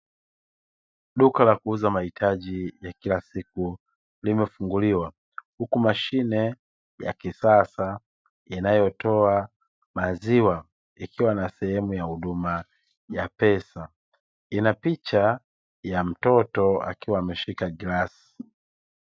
Duka la kuuza mahitaji ya kila siku limefunguliwa, huku mashine ya kisasa inayotoa maziwa ikiwa na sehemu ya huduma ya pesa; ina picha ya mtoto akiwa ameshika glasi.